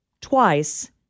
twice